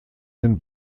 den